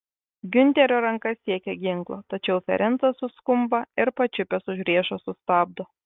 giunterio ranka siekia ginklo tačiau ferencas suskumba ir pačiupęs už riešo sustabdo